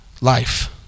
life